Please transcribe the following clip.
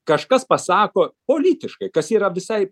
kažkas pasako politiškai kas yra visai